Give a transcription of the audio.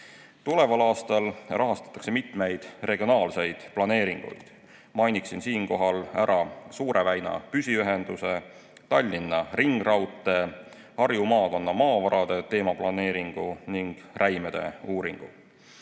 Tuleval aastal rahastatakse mitmeid regionaalseid planeeringuid. Mainiksin siinkohal ära Suure väina püsiühenduse, Tallinna ringraudtee, Harju maakonna maavarade teemaplaneeringu ning räimede uuringu.